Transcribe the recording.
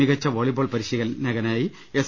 മികച്ച വോളിബോൾ പരിശീലകനായി എസ്